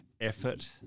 effort